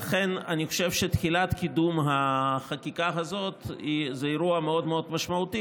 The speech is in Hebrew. אני חושב שתחילת קידום החקיקה הזאת זה אירוע מאוד מאוד משמעותי,